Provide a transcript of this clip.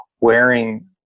wearing